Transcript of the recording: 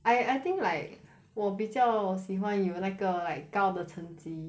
I I think like 我比较喜欢有那个 like 高的成绩